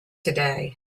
today